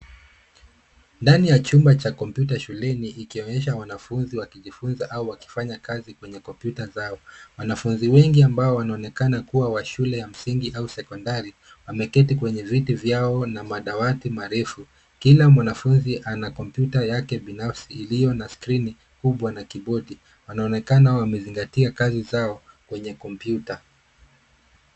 Ndani ya chumba cha kompyuta shuleni, ikionyesha wanafunzi wakijifunza au wakifanya kazi kwenye kompyuta zao. Wanafunzi wengi ambao wanaonekana kua wa shule ya msingi au sekondari wameketi kwenye viti vyao na madawati marefu. Kila mwanafunzi ana kompyuta yake binafsi iliyo na skrini kubwa na kibodi. Wanaonekana wamezingatia kazi zao kwenye kompyuta.